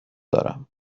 دارم